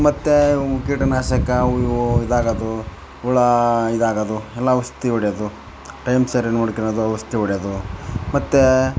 ಮತ್ತೆ ಕೀಟನಾಶಕ ಅವು ಇವು ಇದಾಗೋದು ಹುಳು ಇದಾಗೋದು ಎಲ್ಲ ಔಷ್ಧಿ ಹೊಡ್ಯೋದು ಟೈಮಗೆ ಸರಿಯಾ ನೋಡ್ಕೊಳೊದು ಔಷ್ಧಿ ಹೊಡ್ಯೋದು ಮತ್ತೆ